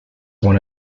one